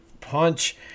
punch